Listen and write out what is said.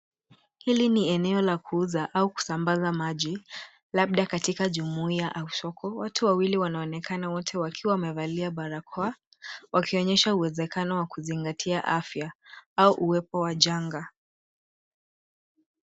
Hili ni eneo la kuuza au kusambaza maji labda katika jumuia au soko. Watu wawili wanaonekana, wote wakiwa wamevalia barakoa, wakionyesha uwezekano wa kuzingatia afya au uwepo wa janga.